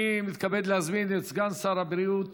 אני מתכבד להזמין את סגן שר הבריאות